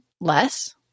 less